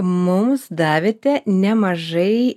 mums davėte nemažai